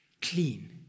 clean